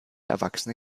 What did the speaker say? erwachsene